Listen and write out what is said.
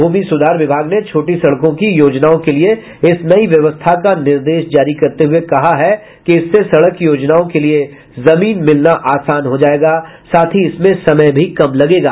भूमि सुधार विभाग ने छोटी सड़कों की योजनाओं के लिये इस नई व्यवस्था का निर्देश जारी करते हुये कहा है कि इससे सड़क योजनाओं के लिये जमीन मिलना आसान हो जायेगा साथ ही इसमें समय भी कम लगेगा